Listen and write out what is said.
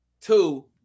two